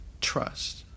trust